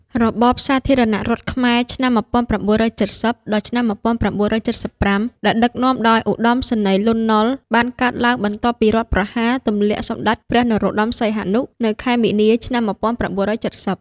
របបសាធារណរដ្ឋខ្មែរឆ្នាំ ១៩៧០-១៩៧៥ ដែលដឹកនាំដោយ ឧត្តមសេនីយ៍លន់ នល់ បានកើតឡើងបន្ទាប់ពីរដ្ឋប្រហារទម្លាក់សម្ដេចព្រះនរោត្តម សីហនុ នៅខែមីនា ឆ្នាំ១៩៧០។